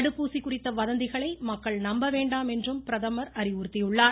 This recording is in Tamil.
தடுப்பூசி குறித்த வதந்திகளை மக்கள் நம்ப வேண்டாம் என்றும் பிரதமர் அறிவுறுத்தியுள்ளார்